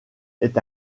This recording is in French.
est